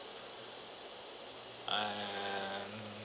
and